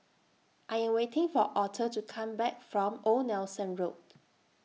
I Am waiting For Auther to Come Back from Old Nelson Road